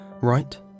right